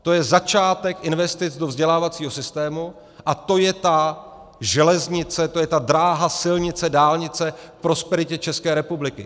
To je začátek investic do vzdělávacího systém a to je ta železnice, to je ta dráha, silnice, dálnice k prosperitě České republiky.